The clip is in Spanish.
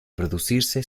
producirse